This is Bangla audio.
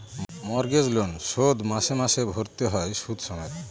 মর্টগেজ লোন শোধ মাসে মাসে ভারতে হয় সুদ সমেত